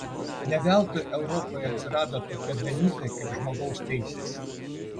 ne veltui europoje atsirado tokie dalykai kaip žmogaus teisės